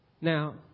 Now